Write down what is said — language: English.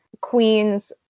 queens